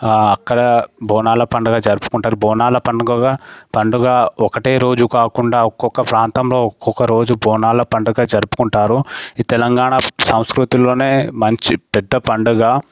అక్కడ బోనాల పండగ జరుపుకుంటారు బోనాలు పండగ పండగ ఒకటే రోజు కాకుండా ఒక్కొక్క ప్రాంతంలో ఒక్కొక్క రోజు బోనాలు పండగ జరుపుకుంటారు ఈ తెలంగాణ సంస్కృతిలోనే మంచి పెద్ద పండగ